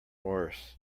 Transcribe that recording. worse